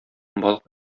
балык